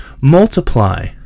multiply